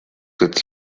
with